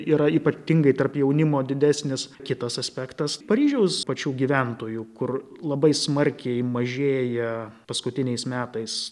yra ypatingai tarp jaunimo didesnis kitas aspektas paryžiaus pačių gyventojų kur labai smarkiai mažėja paskutiniais metais